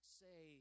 say